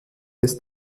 des